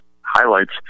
highlights